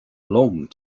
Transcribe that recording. long